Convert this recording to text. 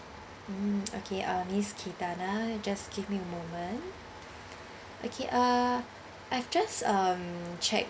um okay uh miss cathana you just give me a moment okay uh I've just um check